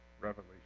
Revelation